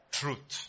truth